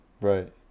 Right